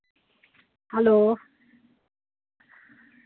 hello